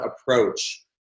approach